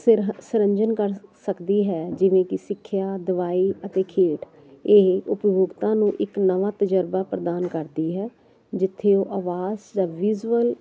ਸਿਰ ਸਰੰਜਣ ਕਰ ਸਕਦੀ ਹੈ ਜਿਵੇਂ ਕਿ ਸਿੱਖਿਆ ਦਵਾਈ ਅਤੇ ਖੇਡ ਇਹ ਉਪਭੋਗਤਾ ਨੂੰ ਇੱਕ ਨਵਾਂ ਤਜਰਬਾ ਪ੍ਰਦਾਨ ਕਰਦੀ ਹੈ ਜਿੱਥੇ ਉਹ ਆਵਾਜ਼ ਰਵੀਜਵਲ